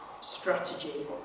strategy